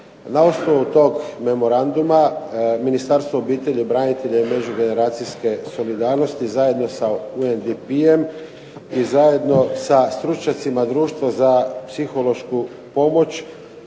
Na osnovu tog memoranduma Ministarstvo obitelji, branitelja i međugeneracijske solidarnosti zajedno sa UNDP-em i zajedno sa stručnjacima Društva za psihološku pomoć